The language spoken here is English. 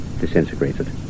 disintegrated